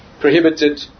prohibited